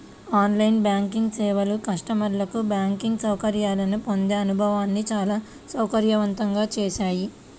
on line banking సేవలు కస్టమర్లకు banking సౌకర్యాలను పొందే అనుభవాన్ని చాలా సౌకర్యవంతంగా చేశాయి